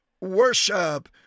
worship